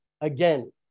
again